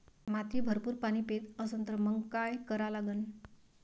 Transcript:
माती भरपूर पाणी पेत असन तर मंग काय करा लागन?